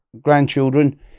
grandchildren